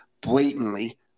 blatantly